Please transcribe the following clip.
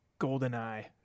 GoldenEye